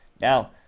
Now